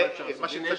באמת?